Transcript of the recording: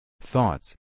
Thoughts